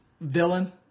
villain